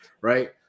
right